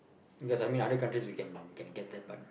yes I mean other country also can can get that but